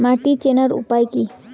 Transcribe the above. মাটি চেনার উপায় কি?